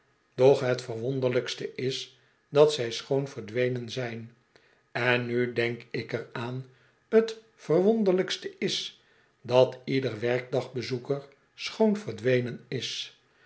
doch t verwonderlijkste is dat zij schoon verdwenen zijn en nu denk ik er aan t verwonderlijkste is dat ieder werkdag bezoeker schoon verdwenen is